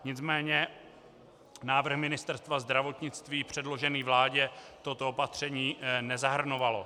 Nicméně návrh Ministerstva zdravotnictví předložený vládě toto opatření nezahrnoval.